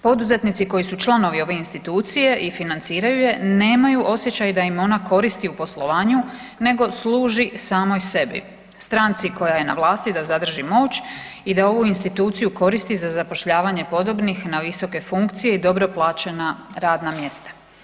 Poduzetnici koji su članovi ove institucije i financiraju je nemaju osjećaj da im ona koristi u poslovanju nego služi samoj sebi, stranci koja je na vlasti da zadrži moć i da ovu instituciju koristi za zapošljavanje podobnih na visoke funkcije i dobro plaćena radna mjesta.